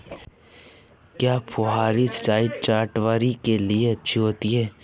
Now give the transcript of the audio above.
क्या फुहारी सिंचाई चटवटरी के लिए अच्छी होती है?